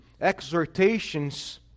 exhortations